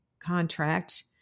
Contract